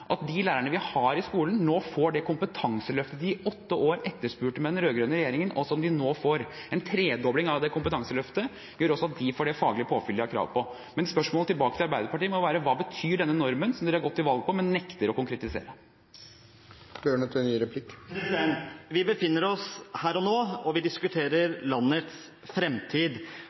at de lærerne vi har i skolen, nå får det kompetanseløftet de i åtte år etterspurte under den rød-grønne regjeringen. En tredobling av det kompetanseløftet gjør også at de får det faglige påfyllet de har krav på. Men spørsmålet tilbake til Arbeiderpartiet må være: Hva betyr den normen som de har gått til valg på, men nekter å konkretisere? Vi befinner oss her og nå, og vi